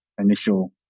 initial